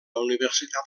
universitat